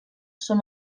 són